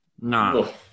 No